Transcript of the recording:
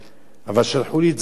אבל שלחו לי את זה באימייל